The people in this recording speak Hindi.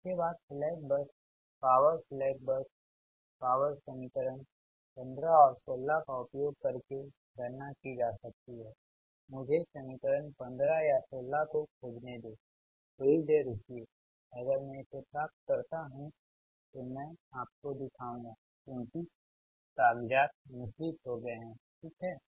इसके बाद slack bus power slack bus power समीकरण 15 और 16 का उपयोग करके गणना की जा सकती है मुझे समीकरण 15 या 16 को खोजने देंथोड़ी देर रुकिए अगर मैं इसे प्राप्त करता हूं तो मैं आपको दिखाऊंगा क्योंकि कागज़ात मिश्रित हो गए है ठीक हैं